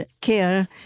care